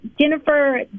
Jennifer